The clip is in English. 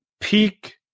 peak